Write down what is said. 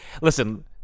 listen